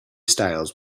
styles